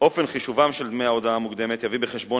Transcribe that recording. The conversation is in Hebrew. אופן חישובם של דמי ההודעה המוקדמת יביא בחשבון